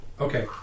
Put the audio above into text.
Okay